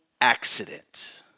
accident